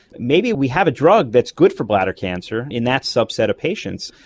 maybe we have a drug that's good for bladder cancer in that subset of patients,